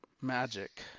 Magic